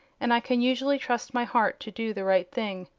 and i can usually trust my heart to do the right thing.